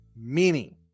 Meaning